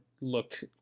look